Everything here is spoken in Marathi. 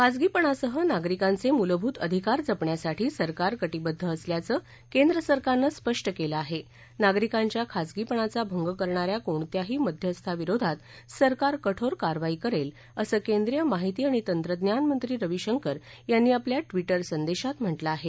खासगीपणासह नागरिकार्द्वमूलभूत अधिकार जपण्यासाठी सरकार कटिबद्ध असल्याचकेंद्र सरकारनस्पष्ट केलमागरिकार्द्वा खासगीपणाचा भंग करणाऱ्या कोणत्याही मध्यस्था विरोधात सरकार कठोर कारवाई करेल असेशिंद्रीय माहिती आणि तद्धकानमधी रवी शक्ति याती आपल्या ट्विटर संदेशात म्हटल आहे